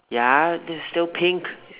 ya that's still pink